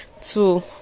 Two